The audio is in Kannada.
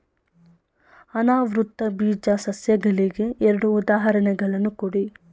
ಅನಾವೃತ ಬೀಜ ಸಸ್ಯಗಳಿಗೆ ಎರಡು ಉದಾಹರಣೆಗಳನ್ನು ಕೊಡಿ